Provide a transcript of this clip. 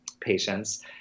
patients